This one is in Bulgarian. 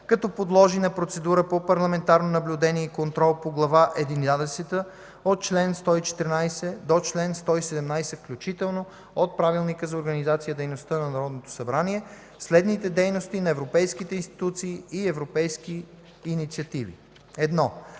като подложи на процедурата по парламентарно наблюдение и контрол по Глава Единадесета от чл. 114 до чл. 117 включително от Правилника за организацията и дейността на Народното събрание следните дейности на европейските институции и европейски инициативи: